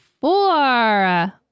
four